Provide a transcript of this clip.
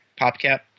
PopCap